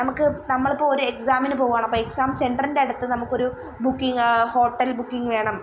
നമുക്ക് നമ്മളിപ്പം ഒരു എക്സാമിനു പോവുകയാണ് അപ്പം എക്സാം സെൻ്ററിൻ്റയടുത്ത് നമുക്കൊരു ബുക്കിങ് ഹോട്ടൽ ബുക്കിങ് വേണം